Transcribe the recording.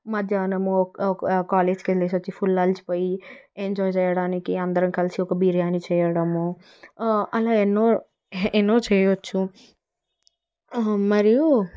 మధ్యాహ్నం ఒక ఒక ఒక కాలేజీకి వెళ్ళేసి వచ్చి ఫుల్ అలసిపోయి ఎంజాయ్ చేయడానికి అందరూ కలిసి ఒక బిర్యానీ చేయడం అలా ఎన్నో ఎన్నో చేయొచ్చు మరియు